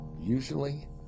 Usually